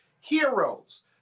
heroes